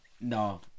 No